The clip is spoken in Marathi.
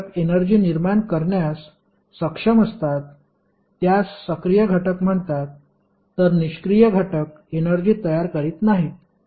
जे घटक एनर्जी निर्माण करण्यास सक्षम असतात त्यास सक्रिय घटक म्हणतात तर निष्क्रिय घटक एनर्जी तयार करीत नाहीत